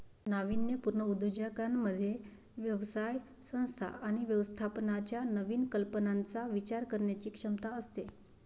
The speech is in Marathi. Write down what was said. नाविन्यपूर्ण उद्योजकांमध्ये व्यवसाय संस्था आणि व्यवस्थापनाच्या नवीन कल्पनांचा विचार करण्याची क्षमता असते